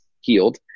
healed